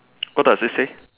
what does it say